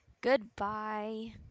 Goodbye